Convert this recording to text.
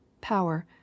power